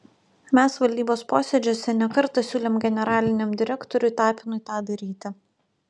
mes valdybos posėdžiuose ne kartą siūlėm generaliniam direktoriui tapinui tą daryti